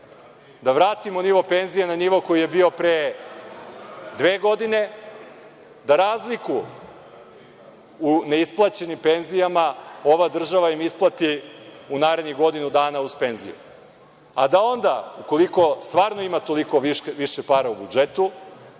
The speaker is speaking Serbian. da vratimo nivo penzija na nivo koji je bio pre dve godine. Da razliku u neisplaćenim penzijama ova država im isplati u narednih godinu dana uz penziju. A da onda ukoliko stvarno ima toliko više para u budžetu